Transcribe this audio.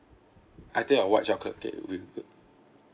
I think a white chocolate cake would be good